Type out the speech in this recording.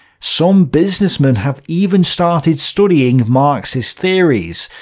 some businessmen have even started studying marxist theories,